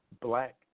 black